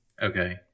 Okay